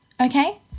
Okay